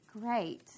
Great